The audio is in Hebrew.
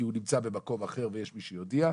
כי הוא נמצא במקום אחר ויש מי שיודיע,